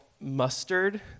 mustard